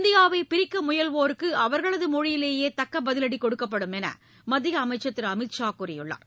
இந்தியாவை பிரிக்க முயல்வோருக்கு அவர்களது மொழியிலேயே தக்க பதிவடி கொடுக்கப்படும் என மத்திய அமைச்சர் திரு அமித் ஷா கூறியுள்ளார்